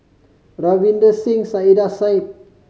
Ravinder Singh Saiedah Said